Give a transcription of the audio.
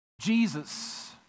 Jesus